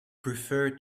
prefer